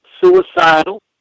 suicidal